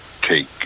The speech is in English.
take